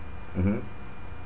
mmhmm